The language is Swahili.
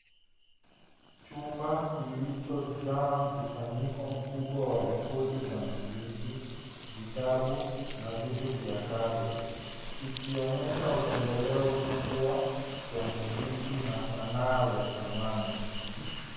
Chumba kilicho jaa mkusanyiko mkubwa wa rekodi za muziki, vitabu na vitu vya kale ikionyesha upendeleo mkubwa wa muziki na sanaa ya zamani.